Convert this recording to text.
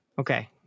Okay